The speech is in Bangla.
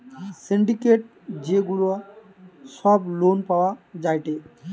সিন্ডিকেট যে গুলা সব লোন পাওয়া যায়টে